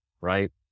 Right